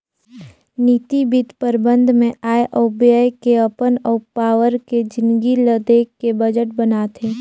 निजी बित्त परबंध मे आय अउ ब्यय के अपन अउ पावार के जिनगी ल देख के बजट बनाथे